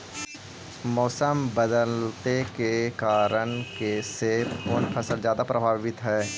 मोसम बदलते के कारन से कोन फसल ज्यादा प्रभाबीत हय?